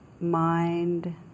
mind